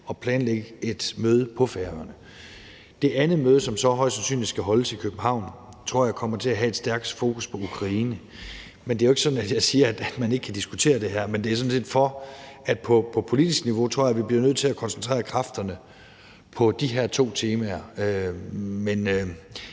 at planlægge et møde på Færøerne. Det andet møde, som så højst sandsynligt skal holdes i København, tror jeg kommer til at have et stærkt fokus på Ukraine, men det er jo ikke sådan, at jeg siger, at man kan ikke diskutere det her. Det er sådan set, fordi vi på politisk niveau, tror jeg, bliver nødt til at koncentrere kræfterne på de her to temaer. Men